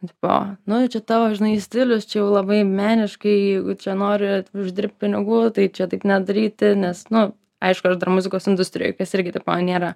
tipo nu jau čia tavo žinai stilius čia jau labai meniškai čia nori uždirbt pinigų tai čia taip nedaryti nes nu aišku aš dar muzikos industrijoj kas irgi tipo nėra